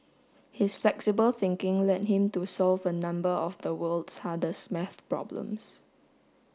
his flexible thinking led him to solve a number of the world's hardest maths problems